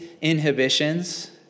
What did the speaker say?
inhibitions